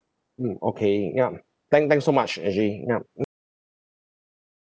mm okay ya thank thanks so much actually ya mm